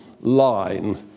line